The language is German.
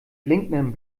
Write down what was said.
blinkenden